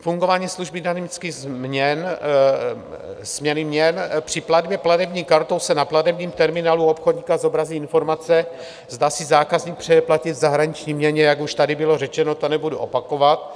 Fungování služby dynamické směny měn při platbě platební kartou se na platebním terminálu obchodníka zobrazí informace, zda si zákazník přeje platit v zahraniční měně, jak už tady bylo řečeno, to nebudu opakovat.